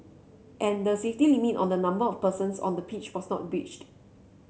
and the safety limit on the number of persons on the pitch was not breached